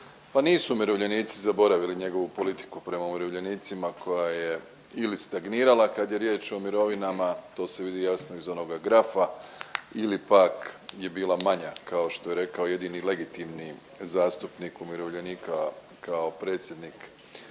pa nisu umirovljenici zaboravili njegovu politiku prema umirovljenicima koja je ili stagnirala kada je riječ o mirovinama, to se vidi jasno iz onoga grafa ili pak je bila manja kao što je rekao jedini legitimni zastupnik umirovljenika kao predsjednik